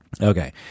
Okay